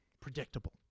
predictable